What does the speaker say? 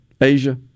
Asia